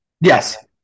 Yes